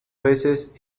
veces